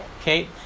Okay